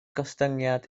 gostyngiad